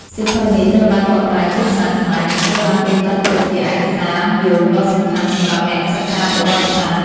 សៀវភៅនេះត្រូវបានបកប្រែជាភាសាខ្មែរ និងត្រូវបានគេចាត់ទុកជាឯកសារយោងដ៏សំខាន់សម្រាប់អ្នកសិក្សាប្រវត្តិសាស្ត្រ។